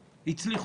הצליחו.